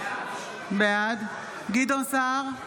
בעד גדעון סער,